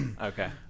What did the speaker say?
Okay